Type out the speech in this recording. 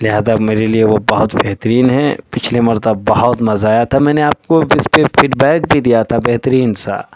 لحاظہ میرے لیے وہ بہت بہترین ہیں پچھلے مرتبہ بہت مزہ آیا تھا میں نے آپ کو اس پہ فیڈبیک بھی دیا تھا بہترین سا